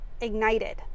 ignited